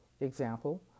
Example